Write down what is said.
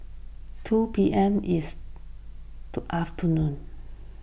two P M is to afternoon